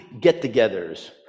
get-togethers